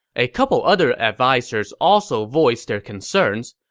a couple other advisers also voiced their concerns.